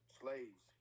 slaves